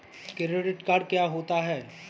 Credit card क्या होता है?